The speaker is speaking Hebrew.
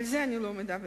על זה אני לא מדברת.